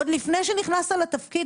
עוד לפני שנכנסת לתפקיד,